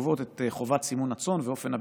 שקובעות את חובת סימון הצאן ואופן הביצוע,